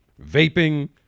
Vaping